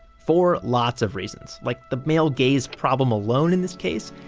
for lots of reasons like the male gaze problem alone, in this case,